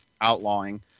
outlawing